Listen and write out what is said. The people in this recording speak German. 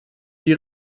die